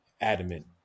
adamant